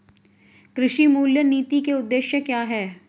कृषि मूल्य नीति के उद्देश्य क्या है?